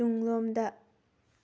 ꯇꯨꯡꯂꯣꯝꯗ